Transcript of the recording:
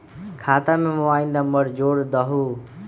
खाता में mobile number जोड़ दहु?